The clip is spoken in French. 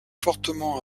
fortement